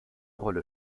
rolle